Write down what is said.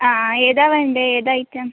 ആ ഏതാണ് വേണ്ടത് ഏതാണ് ഐറ്റം